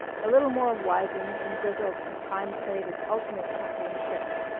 a little more wizened and grizzly as time played its ultimate chuckling tricks,